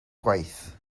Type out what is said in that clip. gwaith